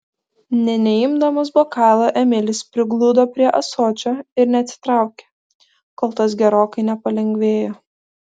nė neimdamas bokalo emilis prigludo prie ąsočio ir neatsitraukė kol tas gerokai nepalengvėjo